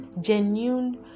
genuine